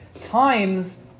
times